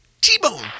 T-Bone